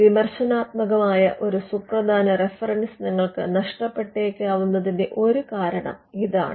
വിമർശനാത്മകമായ ഒരു സുപ്രധാന റഫറൻസ് നിങ്ങൾക്ക് നഷ്ടപ്പെട്ടേക്കാവുന്നതിന്റെ ഒരു കാരണം ഇതാണ്